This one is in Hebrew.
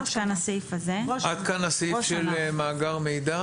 עד כאן הסעיף של מאגר מידע.